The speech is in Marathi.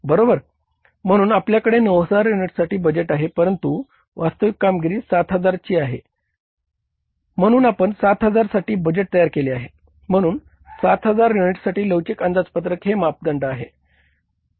म्हणून आपल्याकडे 9000 साठी बजेट आहे परंतु वास्तविक कामगिरी 7000 ची आहे म्हणून आपण 7000 साठी बजेट तयार केले आहे म्हणून 7000 युनिट्ससाठी लवचिक अंदाजपत्रक हे मापदंड आहे